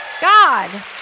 God